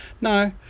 No